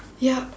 yup